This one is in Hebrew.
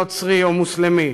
נוצרי או מוסלמי.